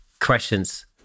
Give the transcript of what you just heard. questions